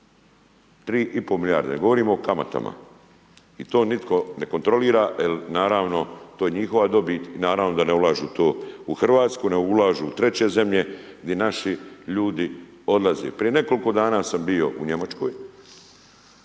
3,5 milijarde, ne govorimo o kamatama. I to nitko ne kontrolira i naravno to je njihova dobi i naravno da ne ulažu to u Hrvatsku, ne ulažu u treće zemlje, gdje naši ljudi odlaze. Prije nekoliko dana sam bio u Njemačkoj,